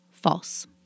False